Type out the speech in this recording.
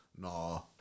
no